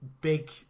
big